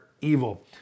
evil